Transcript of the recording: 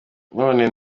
noneho